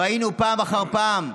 ראינו פעם אחר פעם,